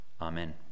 Amen